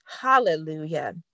Hallelujah